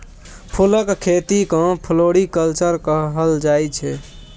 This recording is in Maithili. फुलक खेती केँ फ्लोरीकल्चर कहल जाइ छै